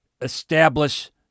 Establish